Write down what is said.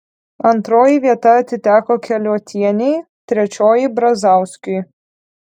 antroji vieta atiteko keliuotienei trečioji brazauskiui